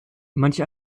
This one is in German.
manche